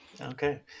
Okay